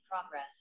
progress